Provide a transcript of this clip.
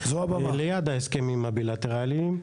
ליד ההסכמים הבילטרליים.